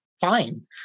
fine